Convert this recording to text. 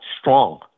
strong